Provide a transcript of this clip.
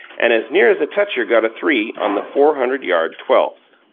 and as near as a toucher got a three on the four-hundred-yard twelfth.